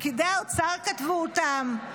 פקידי האוצר כתבו אותם,